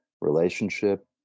relationship